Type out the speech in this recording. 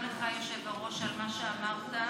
גם לך, היושב-ראש, על מה שאמרת.